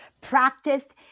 Practiced